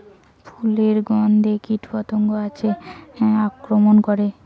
ফুলের গণ্ধে কীটপতঙ্গ গাছে আক্রমণ করে?